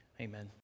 amen